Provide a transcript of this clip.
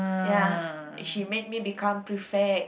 ya is she make me become prefect